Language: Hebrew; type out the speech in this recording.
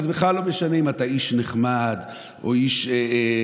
וזה בכלל לא משנה אם אתה איש נחמד או איש,